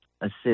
assist